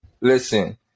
Listen